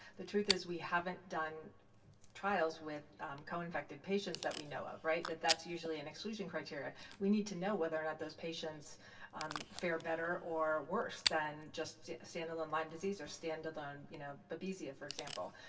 the truth is we haven't done trials with co-infected patients that we know of, right. that that's usually an exclusion criteria. we need to know whether or not those patients fare better or worse than just standalone lyme disease or standalone you know babesia, for example,